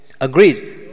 Agreed